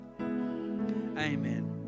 amen